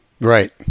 Right